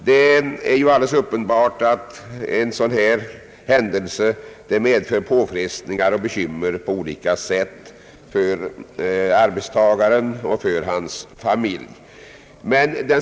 Det är alldeles uppenbart att en sådan händelse medför påfrestningar och bekymmer på olika sätt för arbetstagaren och för hans familj.